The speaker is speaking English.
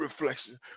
reflection